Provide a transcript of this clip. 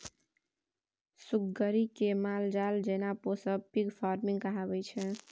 सुग्गरि केँ मालजाल जेना पोसब पिग फार्मिंग कहाबै छै